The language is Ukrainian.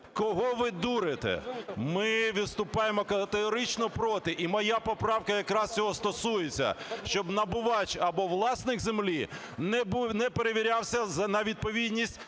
Кого ви дурите? Ми виступаємо категорично проти, і моя поправка якраз цього стосується, щоб набувач або власник землі не перевірявся на відповідність